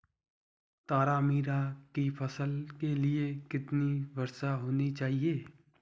तारामीरा की फसल के लिए कितनी वर्षा होनी चाहिए?